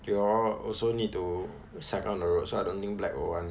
you all also need to cycle on the roadside don't think black will want